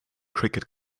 cricket